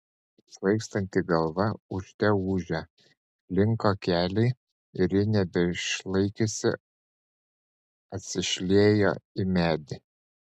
svaigstanti galva ūžte ūžė linko keliai ir ji nebeišlaikiusi atsišliejo į medį